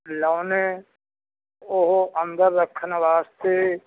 ਲਗਾਉਣੇ ਉਹ ਅੰਦਰ ਰੱਖਣ ਵਾਸਤੇ